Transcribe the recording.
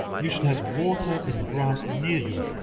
you should have water and grass near you,